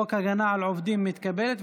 חוק הגנה על עובדים מתקבלת,